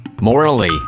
Morally